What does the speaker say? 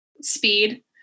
speed